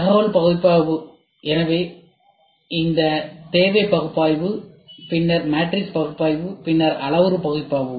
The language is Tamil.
தகவல் பகுப்பாய்வு எனவே இந்த தேவை பகுப்பாய்வு பின்னர் மேட்ரிக்ஸ் பகுப்பாய்வு பின்னர் அளவுரு பகுப்பாய்வு